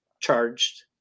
charged